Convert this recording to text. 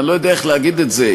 אני לא יודע איך להגיד את זה,